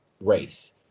race